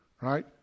right